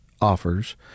offers